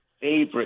favorite